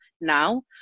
now